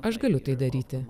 aš galiu tai daryti